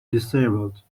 disabled